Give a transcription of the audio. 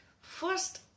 First